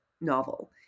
novel